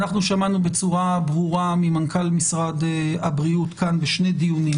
אנחנו שמענו בצורה ברורה ממנכ"ל משרד הבריאות כאן בשני דיונים